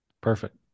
Perfect